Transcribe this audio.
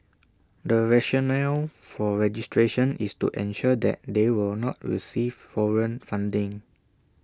the rationale for registration is to ensure that they will not receive foreign funding